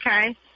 okay